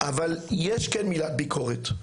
אבל יש כן מילת ביקורת,